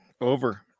Over